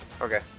Okay